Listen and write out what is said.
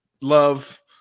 love